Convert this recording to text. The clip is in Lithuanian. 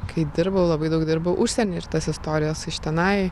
kai dirbau labai daug dirbau užsieny ir tos istorijos iš tenai